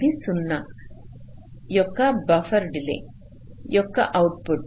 ఇది 0 యొక్క buffer delay యొక్క అవుట్పుట్